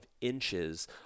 inches